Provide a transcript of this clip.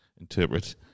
interpret